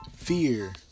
Fear